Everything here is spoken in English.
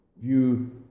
view